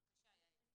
בבקשה, יעל.